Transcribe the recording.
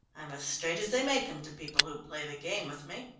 i'm as straight as they make em, to people who play the game with me.